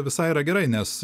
visai yra gerai nes